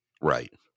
Right